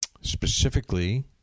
specifically